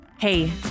Hey